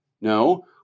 No